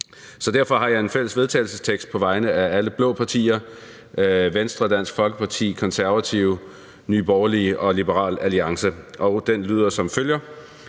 Derfor har jeg et fælles forslag til vedtagelse på vegne af alle blå partier, nemlig Venstre, Dansk Folkeparti, Konservative, Nye Borgerlige og Liberal Alliance, og det lyder som følger: